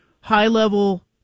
high-level